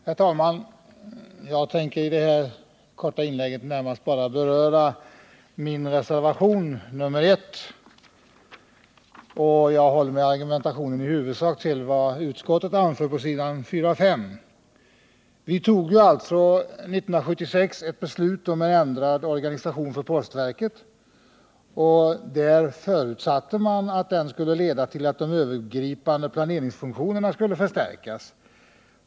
;: tionsdepartemen Herr talman! Jag tänker i det här korta inlägget närmast beröra min — :ots verksamhetsreservation nr 1, och jag håller mig i argumentationen huvudsakligen till vad — område Vi fattade 1976 beslut om en ändrad organisation för postverket, och det förutsattes att den skulle leda till att de övergripande planeringsfunktionerna skulle förstärkas.